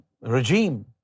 regime